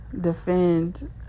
defend